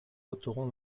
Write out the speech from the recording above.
voterons